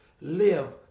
live